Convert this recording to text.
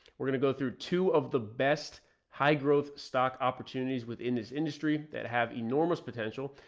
we're going to go through two of the best high growth stock opportunities within this industry that have enormous potential.